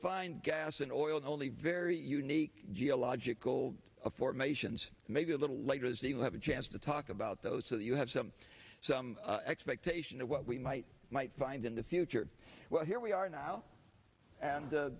find gas and oil only very unique geological formations maybe a little later as he'll have a chance to talk about those so that you have some expectation of what we might might find in the future well here we are now and